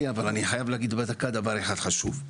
אבל, אני חייב להגיד בדקה דבר אחד מאוד חשוב.